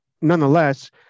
nonetheless